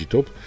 Top